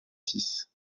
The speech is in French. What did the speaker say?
six